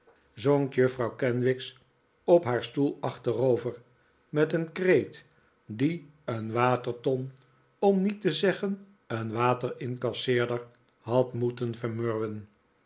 zonk juffrouw kenwigs op haar stoel achterover met een kreet die een waterton om niet te zeggen een waterincasseerder had moeten vermurwen